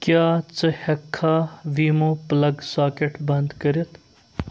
کیا ژٕ ہیکھا ویٖمو پٕلگ ساکیٚٹ بند کٔرِتھ؟